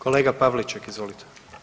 Kolega Pavliček, izvolite.